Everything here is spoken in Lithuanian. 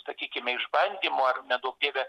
sakykime išbandymų ar neduok dieve